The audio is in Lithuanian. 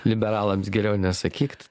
liberalams geriau nesakyt